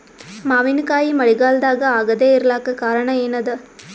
ಮಾವಿನಕಾಯಿ ಮಳಿಗಾಲದಾಗ ಆಗದೆ ಇರಲಾಕ ಕಾರಣ ಏನದ?